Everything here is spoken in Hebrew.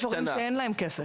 יש הורים שאין להם כסף.